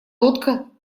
лодка